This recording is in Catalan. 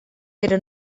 però